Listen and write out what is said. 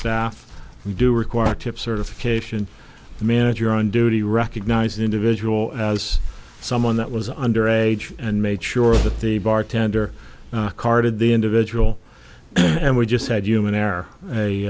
staff we do require tip certification the manager on duty recognize an individual as someone that was under age and made sure that the bartender carded the individual and we just said human